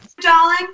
darling